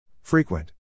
Frequent